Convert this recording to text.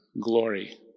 glory